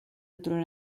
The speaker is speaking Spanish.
otro